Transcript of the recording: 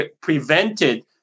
prevented